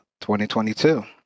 2022